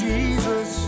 Jesus